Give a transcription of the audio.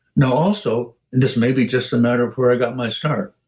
now also, and this maybe just a matter of where i got my start.